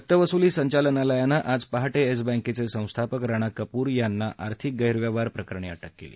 सक्तवसुली संचालनालयानं आज पहाटे येस बँकेचे संस्थापक राणा कपूर यांना आर्थिक गैरव्यवहार प्रकरणी अटक केली